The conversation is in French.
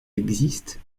existe